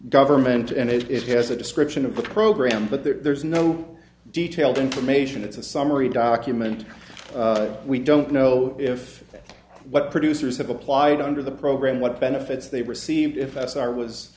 government and it has a description of the program but there's no detailed information it's a summary document we don't know if what producers have applied under the program what benefits they received if s are was